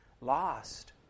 Lost